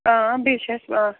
بیٚیہِ چھِ اَسہِ